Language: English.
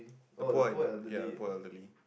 the poor ya the poor elderly